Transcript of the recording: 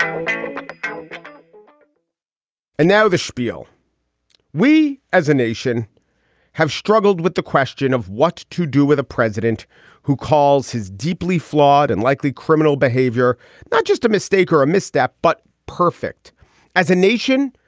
um and now the spiel we as a nation have struggled with the question of what to do with a president who calls his deeply flawed and likely criminal behavior not just a mistake or a misstep, but perfect as a nation.